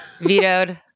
Vetoed